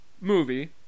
movie